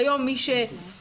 כיום מי שנכנס